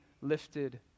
lifted